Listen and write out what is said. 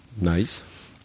Nice